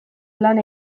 lan